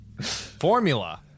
Formula